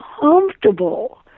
comfortable